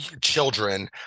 children